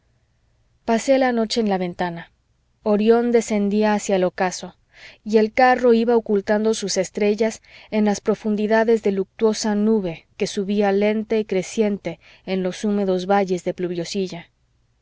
pasé la noche en la ventana orión descendía hacia el ocaso y el carro iba ocultando sus estrellas en las profundidades de luctuosa nube que subía lenta y creciente en los húmedos valles de pluviosilla